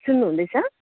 सुन्नु हुँदैछ